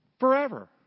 Forever